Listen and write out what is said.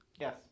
Yes